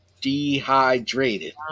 dehydrated